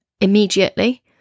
immediately